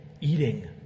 eating